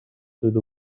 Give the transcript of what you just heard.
through